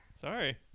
sorry